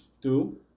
two